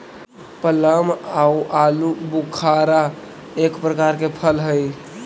plum आउ आलूबुखारा एक प्रकार के फल हई